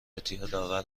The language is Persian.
اعتیادآور